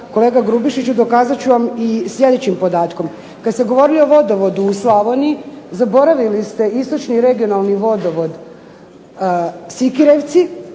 kolega Grubišiću dokazat ću vam i sljedećim podatkom. Kad ste govorili o vodovodu u Slavoniji, zaboravili ste istočni i regionalni vodovod Sikirevci,